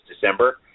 December